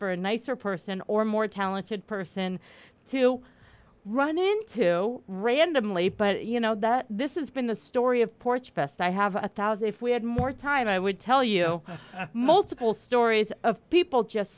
for a nicer person or more talented person to run in to randomly but you know that this is been the story of porch best i have a one thousand if we had more time i would tell you multiple stories of people just